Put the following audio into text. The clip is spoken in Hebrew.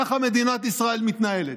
ככה מדינת ישראל מתנהלת.